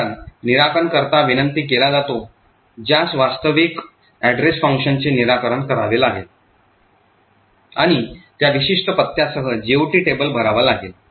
कारण निराकरणकर्ता विनंती केला जातो ज्यास वास्तविक address functionचे निराकरण करावे लागेल आणि त्या विशिष्ट पत्त्यासह GOT टेबल भरावा लागेल